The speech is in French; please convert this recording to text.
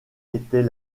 était